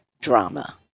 drama